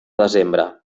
desembre